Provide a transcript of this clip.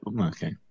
okay